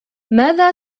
ماذا